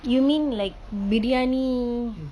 you mean like biryani